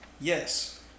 yes